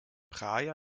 praia